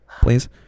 Please